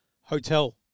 hotel